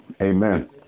Amen